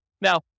Now